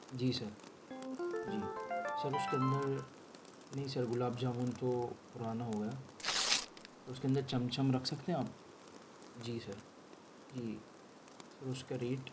جی sir جی sir اس کے اندر نہیں سر گلاب جامن تو پرانا ہو گیا سر اس کے اندر چمچم رکھ سکتے ہیں آپ جی سر جی سر اس کا ریٹ